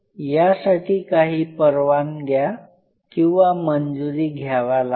यासाठी काही परवानग्या किंवा मंजूरी घ्याव्या लागतात